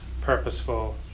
purposeful